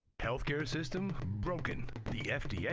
healthcare system, broken. the fda, yeah